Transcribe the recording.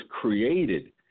created